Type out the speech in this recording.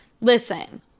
Listen